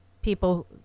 people